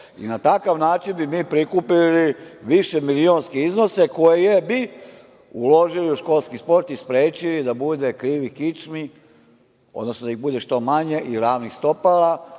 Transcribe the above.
i na takav način bi mi prikupili više milionske iznose koje bi uložili u školski sport i sprečili da bude krivih kičmi, odnosno da ih bude što manje i ravnih stopala,